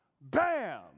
Bam